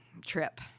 trip